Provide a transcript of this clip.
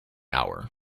hour